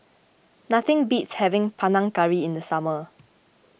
nothing beats having Panang Curry in the summer